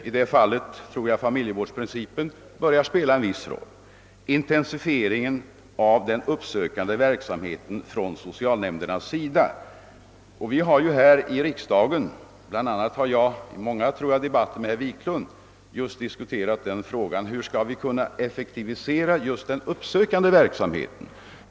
I det fallet tror jag att familjevårdsprincipen börjar spela en viss roll. Den gäller vidare intensifie ringen av den uppsökande verksamheten från socialnämndernas sida. I riksdagen har vi, bland andra herr Wiklund och jag, diskuterat frågan om hur vi skall kunna effektivisera just den uppsökande verksamheten.